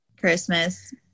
Christmas